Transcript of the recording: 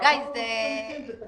ואמרנו ---, תתקנו.